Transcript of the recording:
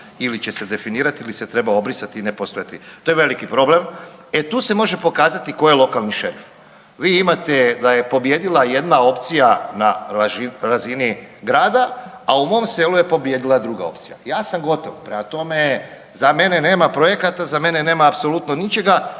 ili će se definirati ili se treba obrisati i ne postojati. To je veliki problem. E tu se može pokazati ko je lokalni šerif. Vi imate da je pobijedila jedna opcija na razini grada, a u mom selu je pobijedila druga opcija. Ja sam gotov, prema tome za mene nema projekata, za mene nema apsolutno ničega